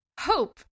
hope